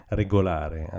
regolare